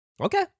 Okay